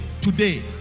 Today